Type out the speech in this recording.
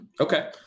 Okay